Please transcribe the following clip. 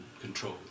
control